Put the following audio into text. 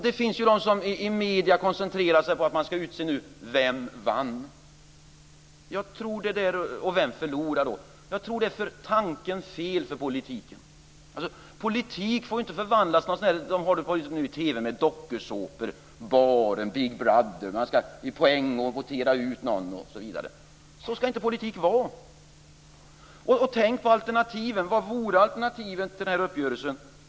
Det finns de i medierna som koncentrerar sig på att utse vem som vann och vem som förlorade. Jag tror att det för tanken fel för politiken. Politik får inte förvandlas till det som de håller på med i TV, de s.k. dokusåporna Baren och Big Brother, där man ska ge poäng, votera ut någon osv. Så ska inte politik vara. Tänk på alternativen! Vad vore alternativet till den här uppgörelsen?